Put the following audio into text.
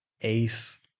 ace